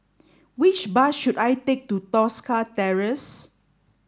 which bus should I take to Tosca Terrace